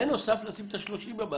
בנוסף, לשים את ה-30 ימים.